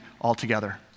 altogether